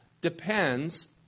depends